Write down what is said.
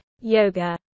yoga